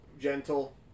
gentle